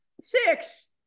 six